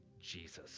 Jesus